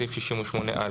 בסעיף 68א,